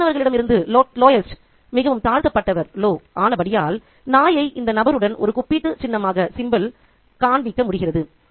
தாழ்வானவர்களிடமிருந்து மிகவும் தாழ்த்தப்பட்டவர் ஆனபடியால் நாயை இந்த நபருடன் ஒரு ஒப்பீட்டு சின்னமாக காண்பிக்க முடிகிறது